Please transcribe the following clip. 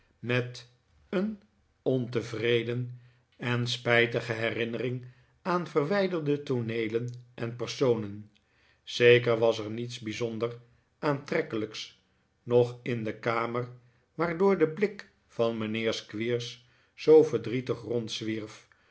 met een ontevreden en spijtige herinnering aan verwijderde tooneelen en personen zeker was er niets bijzonder aantrekkelijks noch in de kamer waardoor de blik van mijnheer squeers zoo verdrietig rondzwierf